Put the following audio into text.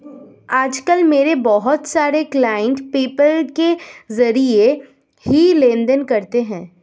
आज कल मेरे बहुत सारे क्लाइंट पेपाल के जरिये ही लेन देन करते है